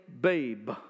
babe